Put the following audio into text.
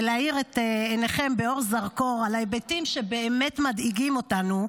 ולהאיר לכם בזרקור על ההיבטים שבאמת מדאיגים אותנו.